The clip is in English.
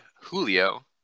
julio